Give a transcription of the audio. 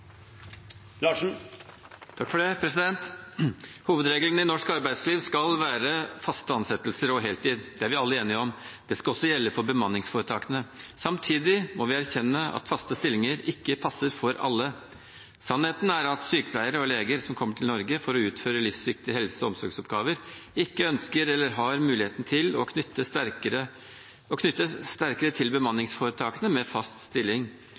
vi alle enige om. Det skal også gjelde for bemanningsforetakene. Samtidig må vi erkjenne at faste stillinger ikke passer for alle. Sannheten er at sykepleiere og leger som kommer til Norge for å utføre livsviktige helse- og omsorgsoppgaver, ikke ønsker eller har muligheten til å knyttes sterkere til bemanningsforetakene med fast stilling. De har gjerne fast stilling